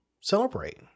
celebrate